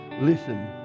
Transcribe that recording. listen